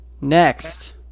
Next